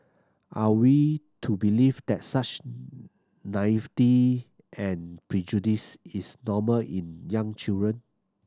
are we to believe that such naivety and prejudice is normal in young children